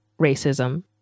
racism